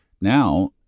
Now